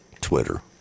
Twitter